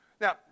Now